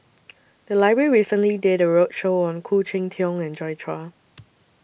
The Library recently did A roadshow on Khoo Cheng Tiong and Joi Chua